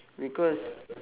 because